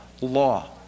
law